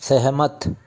सहमत